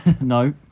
No